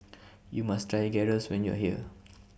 YOU must Try Gyros when YOU Are here